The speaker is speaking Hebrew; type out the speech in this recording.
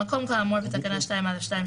במקום כאמור בתקנה 2(א)(2),